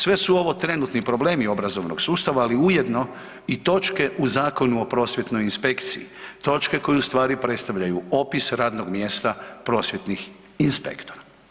Sve su ovo trenutni problemi obrazovnog sustava, ali ujedno i točke u Zakonu o prosvjetnoj inspekciji, točke koje u stvari predstavljaju opis radnog mjesta prosvjetnih inspektora.